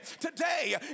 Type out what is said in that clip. today